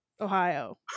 Ohio